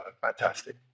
Fantastic